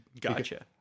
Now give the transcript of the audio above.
gotcha